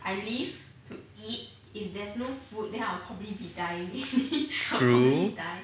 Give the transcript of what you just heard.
true